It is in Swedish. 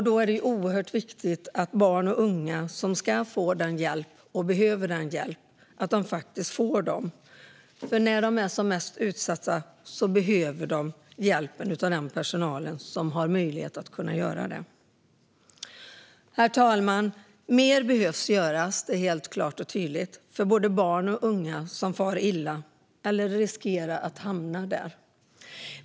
Det är oerhört viktigt att barn och unga när de är som mest utsatta får hjälp av personal som har rätt kompetens för att hjälpa dem. Herr talman! Mer behöver helt klart göras för barn och unga som far illa eller riskerar att göra det.